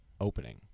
opening